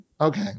okay